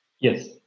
Yes